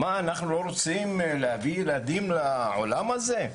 מה אנחנו לא רוצים להביא ילדים לעולם הזה,